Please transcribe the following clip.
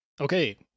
Okay